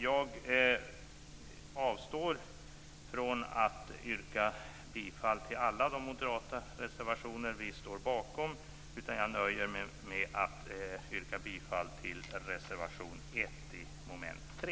Jag avstår från att yrka bifall till alla de reservationer som vi moderater står bakom och nöjer mig med att yrka bifall till reservation 1 under mom. 3.